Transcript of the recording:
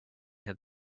had